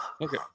Okay